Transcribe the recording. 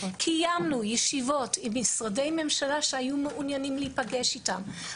קיימנו ישיבות עם משרדי ממשלה שהיו מעוניינים להיפגש איתנו,